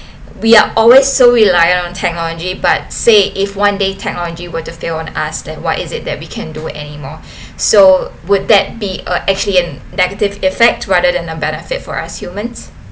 we are always so reliant on technology but say if one day technology were to fail on us then what is it that we can do anymore so would that be uh actually a negative effect rather than a benefit for us humans